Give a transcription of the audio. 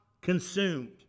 consumed